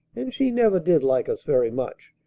and she never did like us very much.